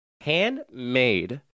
handmade